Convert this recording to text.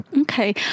Okay